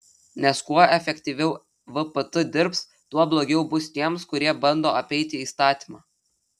nes kuo efektyviau vpt dirbs tuo blogiau bus tiems kurie bando apeiti įstatymą